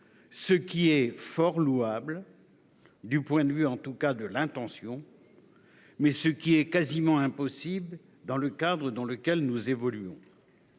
ce qui est fort louable du point de vue de l'intention, mais quasiment impossible dans le cadre dans lequel nous évoluons.